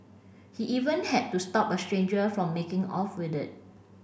he even had to stop a stranger from making off with it